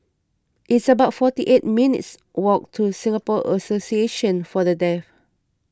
it's about forty eight minutes' walk to Singapore Association for the Deaf